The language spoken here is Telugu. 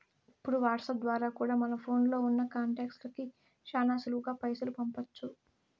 ఇప్పుడు వాట్సాప్ ద్వారా కూడా మన ఫోన్లో ఉన్నా కాంటాక్ట్స్ లకి శానా సులువుగా పైసలు పంపించొచ్చు